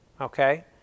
Okay